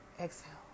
Exhale